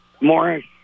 Morris